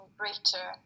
greater